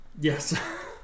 Yes